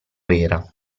era